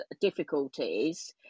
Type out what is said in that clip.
difficulties